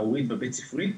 המורים בבית ספרי,